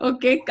Okay